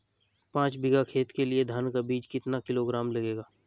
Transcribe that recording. पाँच बीघा खेत के लिये धान का बीज कितना किलोग्राम लगेगा?